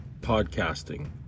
podcasting